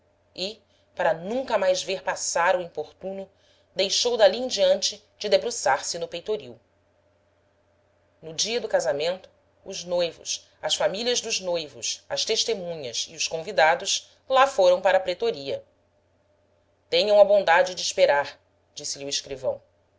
e para nunca mais ver passar o importuno deixou dali em diante de debruçar-se no peitoril no dia do casamento os noivos as famílias dos noivos as testemunhas e os convidados lá foram para a pretoria tenham a bondade de esperar disse-lhes o escrivão